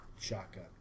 shotgun